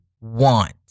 want